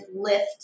lift